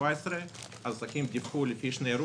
ל-17% עסקים דיווחו לפי שתי רובריקות,